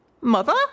Mother